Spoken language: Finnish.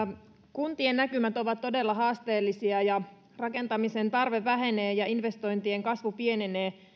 kuntien näkymät ovat todella haasteellisia rakentamisen tarve vähenee ja investointien kasvu pienenee